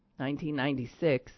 1996